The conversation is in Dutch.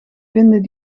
vinden